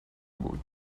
بود